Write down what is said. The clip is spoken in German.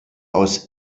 aus